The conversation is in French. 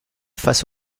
face